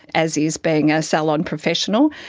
as is being a salon professional,